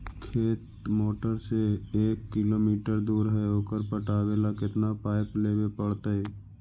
खेत मोटर से एक किलोमीटर दूर है ओकर पटाबे ल केतना पाइप लेबे पड़तै?